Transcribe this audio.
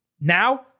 Now